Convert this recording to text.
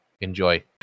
enjoy